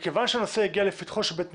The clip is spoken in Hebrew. מכיוון שהנושא הגיע לפתחו של בית המשפט,